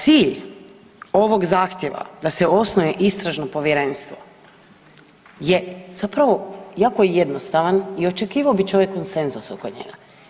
Cilj ovog zahtjeva da se osnuje Istražno povjerenstvo je zapravo, jako je jednostavan i očekivao bi čovjek konsenzus oko njega.